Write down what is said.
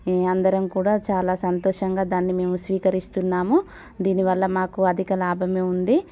అందరం కూడా చాలా సంతోషంగా దాన్ని మేము స్వీకరిస్తున్నాము దీనివల్ల మాకు అధిక లాభమే ఉంది